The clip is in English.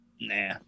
Nah